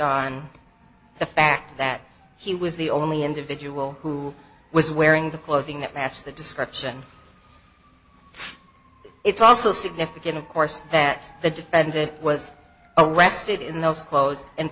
on the fact that he was the only individual who was wearing the clothing that matched the description it's also significant of course that the defendant was a westwood in those clothes